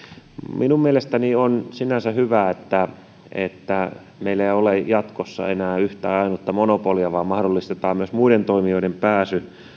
minun mielestäni on sinänsä hyvä että että meillä ei ole jatkossa enää yhtä ainutta monopolia vaan mahdollistetaan myös muiden toimijoiden pääsy